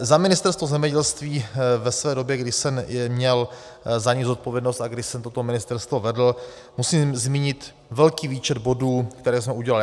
Za Ministerstvo zemědělství ve své době, kdy jsem měl za něj zodpovědnost a kdy jsem toto ministerstvo vedl, musím zmínit velký výčet bodů, které jsme udělali.